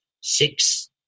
Six